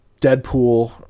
Deadpool